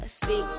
see